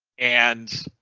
and.